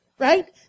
Right